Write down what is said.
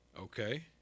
Okay